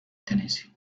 tennessee